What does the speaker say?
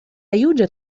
يوجد